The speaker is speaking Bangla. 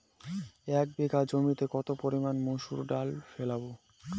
এক বিঘে জমিতে কত পরিমান মুসুর ডাল ফেলবো?